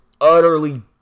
utterly